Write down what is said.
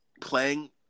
playing